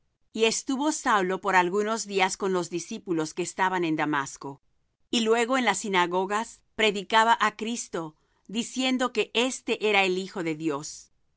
y estuvo saulo por algunos días con los discípulos que estaban en damasco y luego en las sinagogas predicaba á cristo diciendo que éste era el hijo de dios